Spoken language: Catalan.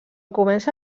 comença